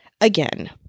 Again